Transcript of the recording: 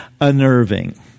unnerving